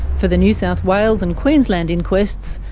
for the new south wales and queensland inquests,